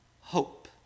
hope